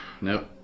nope